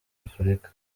afurika